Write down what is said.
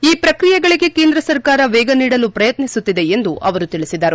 ಈ ಪ್ರಕ್ರಿಯೆಗಳಿಗೆ ಕೇಂದ್ರ ಸರ್ಕಾರ ವೇಗ ನೀಡಲು ಪ್ರಯತ್ತಿಸುತ್ತಿದೆ ಎಂದು ಅವರು ತಿಳಿಸಿದರು